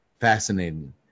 fascinating